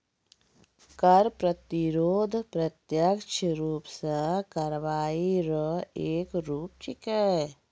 कर प्रतिरोध प्रत्यक्ष रूप सं कार्रवाई रो एक रूप छिकै